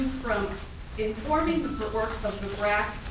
from informing the work of the brac